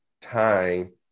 time